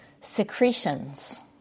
secretions